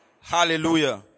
Hallelujah